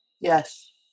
Yes